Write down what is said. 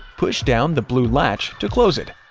push down the blue latch to close it.